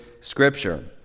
Scripture